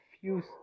fuse